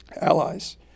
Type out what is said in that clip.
allies